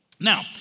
Now